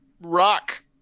rock